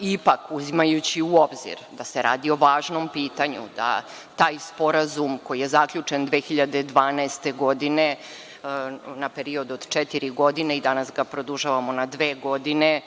ipak, uzimajući u obzir da se radi o važnom pitanju, da je taj sporazum, koji je zaključen 2012. godine na period od četiri godine i danas ga produžavamo na dve godine,